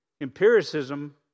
Empiricism